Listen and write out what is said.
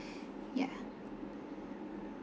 yeah